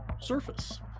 surface